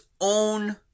own